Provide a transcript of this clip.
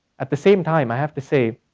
at the same time, i have to say,